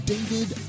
David